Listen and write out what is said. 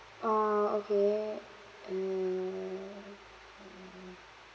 ah okay uh uh